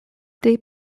des